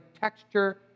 texture